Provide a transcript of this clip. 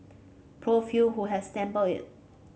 Prof Hew who has sampled it